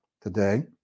today